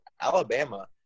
Alabama –